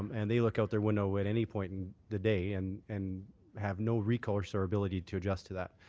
um and they look out their window at any point in the day and and have no recourse or ability to adjust to that.